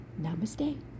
Namaste